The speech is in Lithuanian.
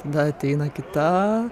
tada ateina kita